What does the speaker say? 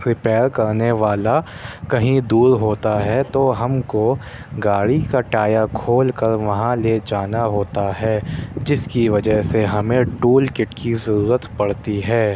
repair کرنے والا کہیں دور ہوتا ہے تو ہم کو گاڑی کا ٹائر کھول کر وہاں لے جانا ہوتا ہے جس کی وجہ سے ہمیں ٹول کِٹ کی ضرورت پڑتی ہے